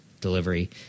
delivery